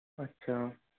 अच्छा